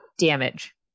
damage